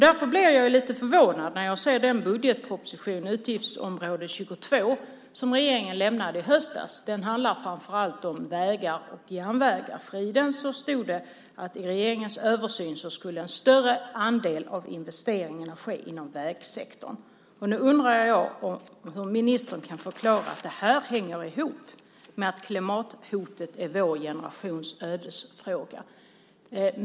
Därför blir jag lite förvånad när jag ser den budgetproposition för utgiftsområde 22 som regeringen lämnade i höstas. Den handlar framför allt om vägar och järnvägar, och i den stod det att i regeringens översyn skulle en större andel av investeringarna ske inom vägsektorn. Nu undrar jag om ministern kan förklara hur det här hänger ihop med att klimathotet är vår generations ödesfråga.